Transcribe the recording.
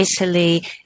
Italy